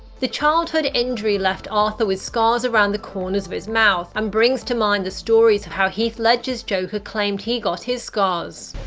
the childhood injury left arthur with scars around the corners of his mouth and um brings to mind the stories of how heath ledger's joker claimed he got his scars.